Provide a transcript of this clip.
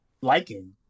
liking